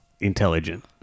intelligent